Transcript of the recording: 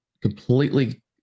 completely